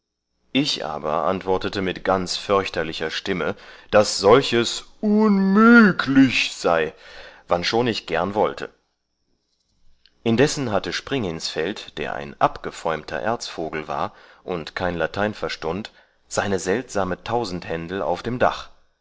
ich aber antwortete mit ganz förchtlicher stimme daß solches unmüglich sei wannschon ich gern wollte indessen hatte springinsfeld der ein abgefeumter erzvogel war und kein latein verstund seine seltsame tausendhändel auf dem dach